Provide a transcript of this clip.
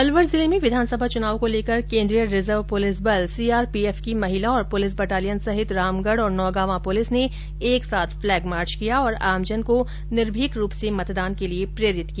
अलवर जिले में विधानसभा चुनाव को लेकर केन्द्रीय रिजर्व पुलिस बल सीआरपीएफकी महिला और पुलिस बटालियन सहित रामगढ़ और नौगांवा पुलिस ने एक साथ फ्लैग मार्च किया और आमजन को निर्भिक रूप से मतदान के लिए प्रेरित किया